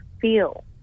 feel